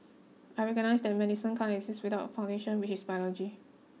I recognise that medicine can't exist without its foundations which is biology